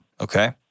okay